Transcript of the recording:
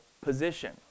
position